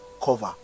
cover